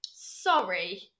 Sorry